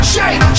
Shake